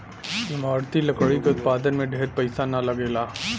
इमारती लकड़ी के उत्पादन में ढेर पईसा ना लगेला